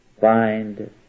find